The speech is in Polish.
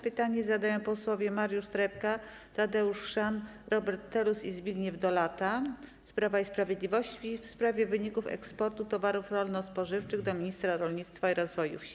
Pytanie zadają posłowie Mariusz Trepka, Tadeusz Chrzan, Robert Telus i Zbigniew Dolata z Prawa i Sprawiedliwości w sprawie wyników eksportu towarów rolno-spożywczych do ministra rolnictwa i rozwoju wsi.